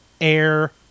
air